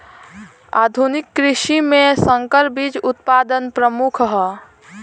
आधुनिक कृषि में संकर बीज उत्पादन प्रमुख ह